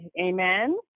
amen